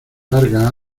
largas